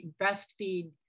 breastfeed